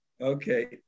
Okay